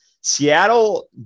seattle